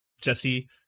Jesse